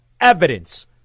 evidence